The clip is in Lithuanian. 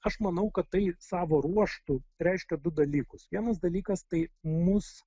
aš manau kad tai savo ruožtu reiškia du dalykus vienas dalykas tai mus